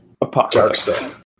Apocalypse